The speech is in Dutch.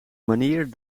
manier